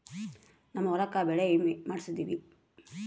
ನಮ್ ಹೊಲಕ ಬೆಳೆ ವಿಮೆ ಮಾಡ್ಸೇವಿ